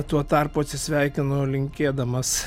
tuo tarpu atsisveikinu linkėdamas